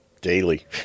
daily